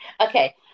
Okay